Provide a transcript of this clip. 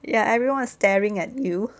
ya everyone is staring at you